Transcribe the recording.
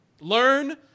Learn